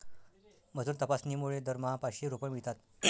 मजूर तपासणीमुळे दरमहा पाचशे रुपये मिळतात